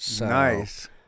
Nice